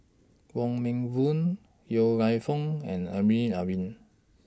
Wong Meng Voon Yong Lew Foong and Amrin Amin